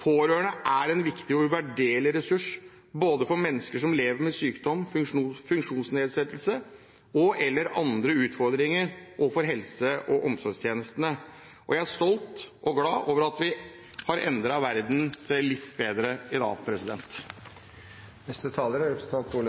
pårørende er en viktig og uvurderlig ressurs både for mennesker som lever med sykdom, funksjonsnedsettelse og/eller andre utfordringer, og for helse- og omsorgstjenestene. Jeg er stolt og glad over at vi har endret verden til det litt bedre i dag. Det ble sagt her, og